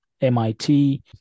MIT